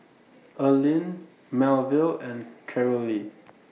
Earlean Melville and Carolee